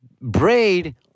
braid